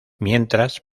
mientras